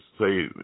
say